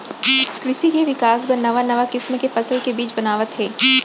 कृसि के बिकास बर नवा नवा किसम के फसल के बीज बनावत हें